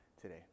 today